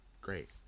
great